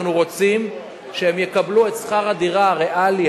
אנחנו רוצים שהם יקבלו את שכר הדירה הריאלי,